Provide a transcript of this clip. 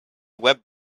web